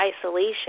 isolation